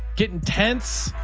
getting tense,